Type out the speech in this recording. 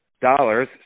dollars